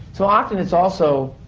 so often, it's also.